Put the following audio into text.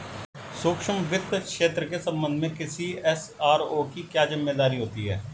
सूक्ष्म वित्त क्षेत्र के संबंध में किसी एस.आर.ओ की क्या जिम्मेदारी होती है?